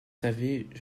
savez